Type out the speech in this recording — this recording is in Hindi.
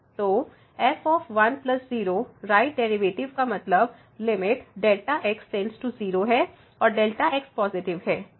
तो f1 0 राइट डेरिवैटिव का मतलब लिमिट Δx → 0 है और Δx पॉजिटिव है